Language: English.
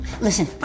Listen